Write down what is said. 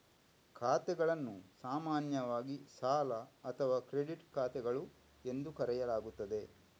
ಖಾತೆಗಳನ್ನು ಸಾಮಾನ್ಯವಾಗಿ ಸಾಲ ಅಥವಾ ಕ್ರೆಡಿಟ್ ಖಾತೆಗಳು ಎಂದು ಕರೆಯಲಾಗುತ್ತದೆ